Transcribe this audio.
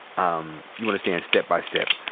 um you understand step by step,